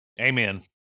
Amen